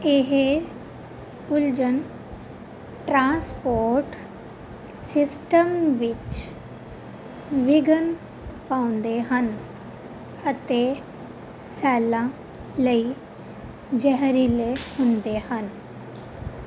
ਇਹ ਉਲਝਣ transport system ਵਿੱਚ ਵਿਘਨ ਪਾਉਂਦੇ ਹਨ ਅਤੇ ਸੈੱਲਾਂ ਲਈ ਜ਼ਹਿਰੀਲੇ ਹੁੰਦੇ ਹਨ